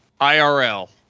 irl